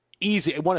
Easy